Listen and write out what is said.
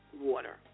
water